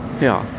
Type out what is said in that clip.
Ja